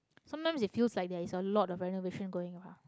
sometimes it feels like there is a lot of renovation going around